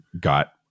got